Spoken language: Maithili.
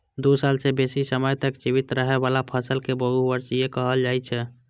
दू साल सं बेसी समय तक जीवित रहै बला फसल कें बहुवार्षिक कहल जाइ छै